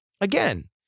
again